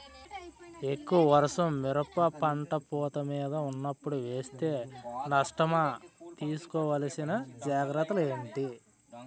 ఎక్కువ వర్షం మిరప పంట పూత మీద వున్నపుడు వేస్తే నష్టమా? తీస్కో వలసిన జాగ్రత్తలు ఏంటి?